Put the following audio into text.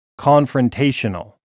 confrontational